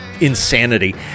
insanity